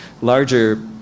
larger